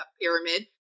pyramid